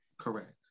Correct